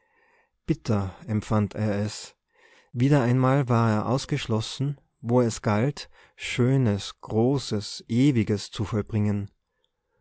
bitter empfand er es wieder einmal war er ausgeschlossen wo es galt schönes großes ewiges zu vollbringen